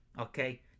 okay